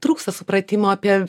trūksta supratimo apie